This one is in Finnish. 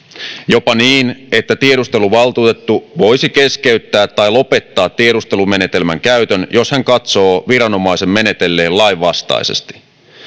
jopa niin että tiedusteluvaltuutettu voisi keskeyttää tai lopettaa tiedustelumenetelmän käytön jos hän katsoo viranomaisen menetelleen lainvastaisesti